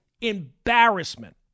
embarrassment